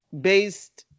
based